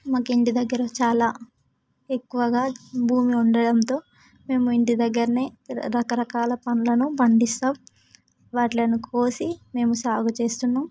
మాకు ఇంటి దగ్గర చాలా ఎక్కువగా భూమి ఉండడంతో మేము ఇంటి దగ్గరనే రకరకాల పండ్లను పండిస్తాం వాటిని కోసి మేము సాగు చేస్తున్నాం